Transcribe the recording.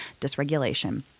dysregulation